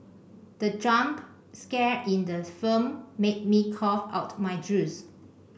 the jump scare in the firm made me cough out my juice